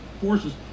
forces